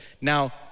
Now